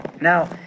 Now